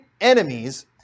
enemies